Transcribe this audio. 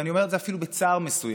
ואני אומר את זה אפילו בצער מסוים,